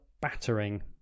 battering